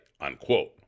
unquote